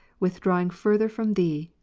withdrawing further from thee,